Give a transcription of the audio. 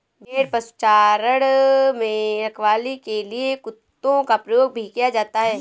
भेड़ पशुचारण में रखवाली के लिए कुत्तों का प्रयोग भी किया जाता है